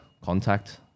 contact